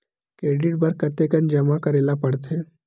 Credit बर कतेकन जमा करे ल पड़थे?